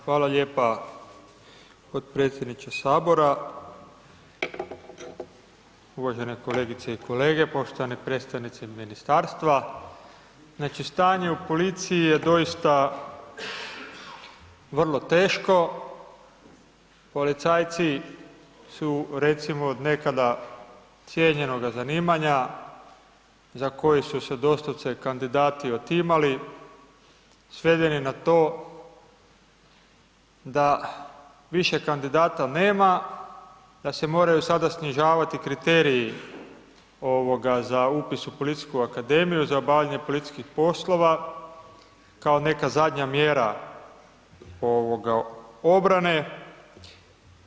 Hvala lijepa potpredsjedniče sabora, uvažene kolegice i kolega, poštovane predstavnice iz ministarstva, znači stanje u policiji je doista vrlo teško, policajci su redimo nekada cijenjenoga zanimanja za koji su se doslovce kandidati otimali, svedeni na to da više kandidata nema, da se moraju sada snižavati kriteriji ovoga za upis u Policijsku akademiju za obavljanje policijskih poslova kao neka zadnja mjera ovoga obrane.